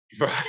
Right